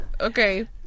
Okay